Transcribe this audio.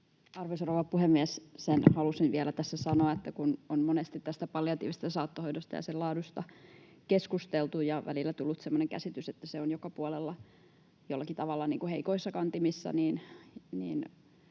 Arvoisa rouva puhemies! Sen halusin vielä tässä sanoa, että kun on monesti palliatiivisesta saattohoidosta ja sen laadusta keskusteltu ja välillä on tullut semmoinen käsitys, että ne ovat joka puolella jollakin tavalla heikoissa kantimissa, niin